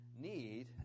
Need